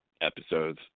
episodes